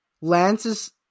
Lance's